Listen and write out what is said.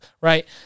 right